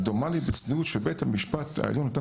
דומני בצניעות שבית המשפט העליון נתן